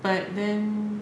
but then